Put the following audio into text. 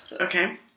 Okay